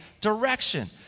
direction